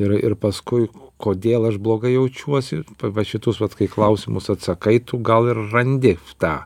ir ir paskui kodėl aš blogai jaučiuosi pa vat šitus vat kai klausimus atsakai tu gal ir randi tą